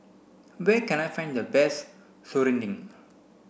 where can I find the best Serunding